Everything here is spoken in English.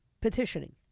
petitioning